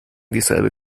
dieselbe